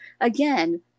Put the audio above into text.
again